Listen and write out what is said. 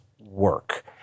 work